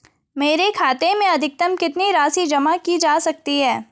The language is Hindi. मेरे खाते में अधिकतम कितनी राशि जमा की जा सकती है?